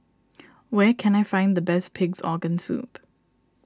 where can I find the best Pig's Organ Soup